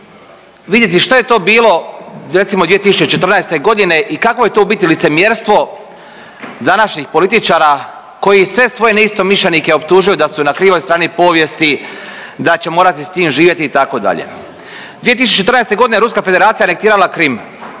vidjeti što je to bilo recimo 2014.g. i kakvo je to u biti licemjerstvo današnjih političara koji sve svoje neistomišljenike optužuju da su na krivoj strani povijesti, da će morati s tim živjeti itd. 2014.g. Ruska Federacija raketirala Krim